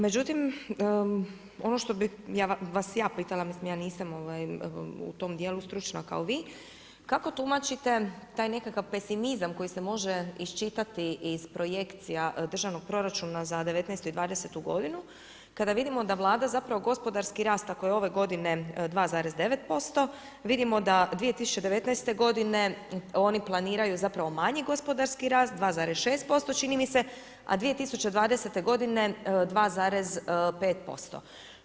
Međutim, ono što bih vas ja pitala, mislim ja nisam u tom dijelu stručna kao vi kako tumačite taj nekakav pesimizam koji se može iščitati iz projekcija Državnog proračuna za devetnaestu i dvadesetu godinu kada vidimo da Vlada zapravo gospodarski rast ako je ove godine 2,9% vidimo da 2019. godine oni planiraju zapravo manji gospodarski rast 2,6% čini mi se, a 2020. godine 2,5%